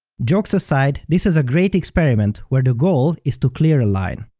jokes aside, this is a great experiment where the goal is to clear a line.